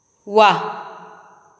व्वा